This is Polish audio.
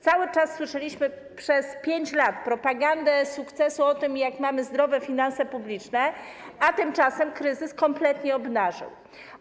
Cały czas słyszeliśmy, przez 5 lat, propagandę sukcesu, o tym, jakie mamy zdrowe finanse publiczne, a tymczasem kryzys kompletnie to obnażył.